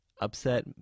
Upset